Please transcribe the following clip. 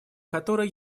которое